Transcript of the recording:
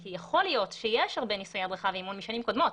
כי יכול להיות שיש הרבה ניסויי הדרכה ואימון משנים קודמות